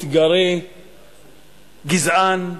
מתגרה וגזען.